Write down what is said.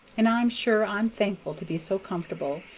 and i'm sure i'm thankful to be so comfortable,